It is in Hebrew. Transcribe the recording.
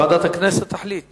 ועדת הכנסת תחליט